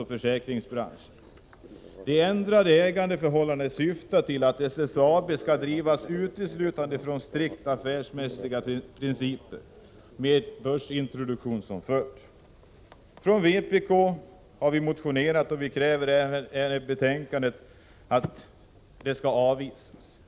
Vi avvisar alltså förslaget om att 600 milj.kr. skall anvisas för inlösen av Gränges AB:s aktier. Vi tycker att det skall ske omförhandlingar.